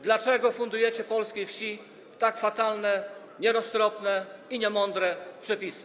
Dlaczego fundujecie polskiej wsi tak fatalne, nieroztropne i niemądre przepisy?